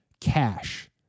cash